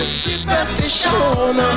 superstition